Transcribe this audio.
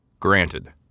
Granted